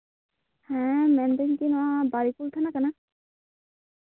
ᱦᱮᱸ ᱢᱮᱱ ᱮᱫᱟᱹᱧ ᱱᱚᱶᱟ ᱵᱟᱹᱨᱤᱠᱩᱞ ᱛᱷᱟᱱᱟ ᱠᱟᱱᱟ